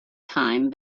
time